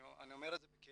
אני אומר את זה בכאב.